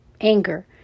anger